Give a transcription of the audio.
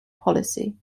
policy